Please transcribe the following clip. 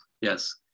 yes